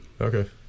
Okay